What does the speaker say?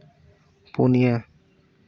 ᱯᱩᱱᱤᱭᱟ